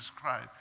Christ